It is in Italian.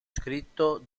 scritto